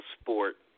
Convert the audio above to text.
sport